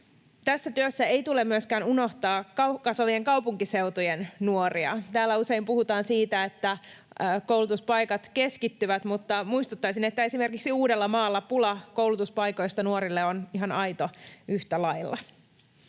Tässä työssä ei tule myöskään unohtaa kasvavien kaupunkiseutujen nuoria. Täällä usein puhutaan siitä, että koulutuspaikat keskittyvät, mutta muistuttaisin, että esimerkiksi Uudellamaalla pula koulutuspaikoista nuorille on ihan aito yhtä lailla.